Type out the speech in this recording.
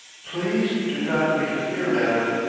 please do not interfere, madam,